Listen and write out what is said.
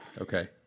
okay